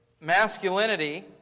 masculinity